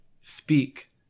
speak